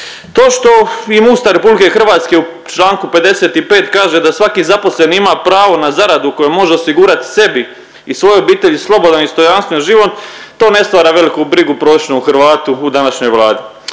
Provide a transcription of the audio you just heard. To što im Ustav RH u čl. 55 kaže da svaki zaposleni ima pravo na zaradu kojom može osigurati sebi i svojoj obitelji slobodan i dostojanstven život, to ne stvara veliku brigu prosječnom Hrvatu u današnjoj Vladi.